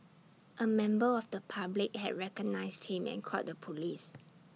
A member of the public had recognised him and called the Police